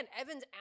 Evan's